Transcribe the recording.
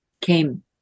came